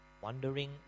wondering